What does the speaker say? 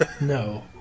no